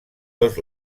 dos